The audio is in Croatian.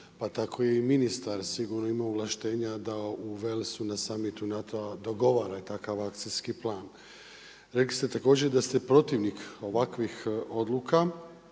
pa tako i ministar sigurno ima ovlaštenja da u Walesu na summitu NATO-a dogovara i takav akcijski plan. Rekli ste također da ste protivnik ovakvih odluka